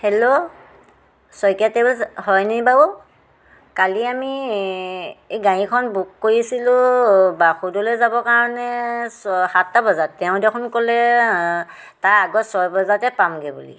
hello Saikia হয়নে বাৰু কালি আমি এ এই গাড়ীখন বুক কৰিছিলোঁ বাসুদেৱলৈ যাবৰ কাৰণে সাতটা বজাত তেওঁ দেখোন ক'লে তাৰ আগত ছয় বজাতে পামগৈ বুলি